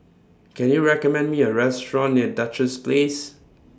Can YOU recommend Me A Restaurant near Duchess Place